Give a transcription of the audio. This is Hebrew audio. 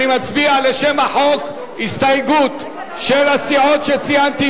נצביע, לשם החוק, הסתייגות של הסיעות שציינתי.